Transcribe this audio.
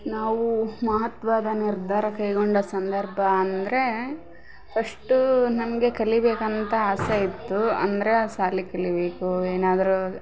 ನಾವು ಮಹತ್ವದ ನಿರ್ಧಾರ ಕೈಗೊಂಡ ಸಂದರ್ಭ ಅಂದರೆ ಫಸ್ಟೂ ನಮಗೆ ಕಲಿಯಬೇಕಂತ ಆಸೆ ಇತ್ತು ಅಂದರೆ ಶಾಲಿ ಕಲಿಯಬೇಕು ಏನಾದರೂ